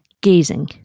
Gazing